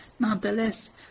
Nonetheless